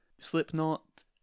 Slipknot